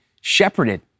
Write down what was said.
shepherded